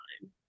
time